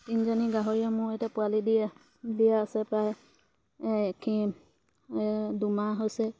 তিনিজনী গাহৰিয়ে মোৰ এতিয়া পোৱালি দিয়া দিয়া আছে প্ৰায় দুমাহ হৈছে